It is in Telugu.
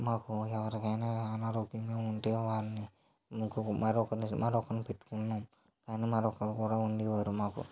మాకు ఎవరికైనా అనారోగ్యంగా ఉంటే వాళ్ళని ఇంకొక మరొకరిని మరొకరిని పెట్టుకొని మరొకరు ఉండేవారు మాకు